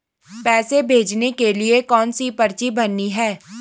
पैसे भेजने के लिए कौनसी पर्ची भरनी है?